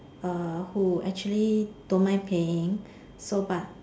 uh who actually don't mind paying so but